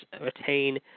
retain